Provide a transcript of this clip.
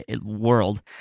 world